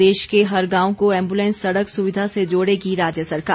प्रदेश के हर गांव को एम्बुलैंस सड़क सुविधा से जोड़ेगी राज्य सरकार